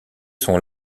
sont